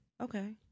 Okay